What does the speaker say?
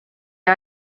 est